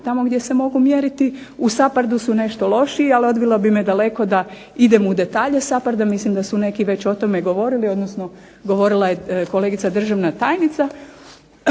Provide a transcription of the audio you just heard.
tamo gdje se mogu mjeriti. U SAPARD-u su nešto lošiji, ali odvelo bi me daleko da idemo u detalje SAPARD-a. Mislim da su neki već o tome govorili, odnosno govorila je kolegica državna tajnica.